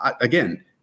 again